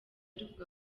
ruvuga